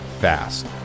fast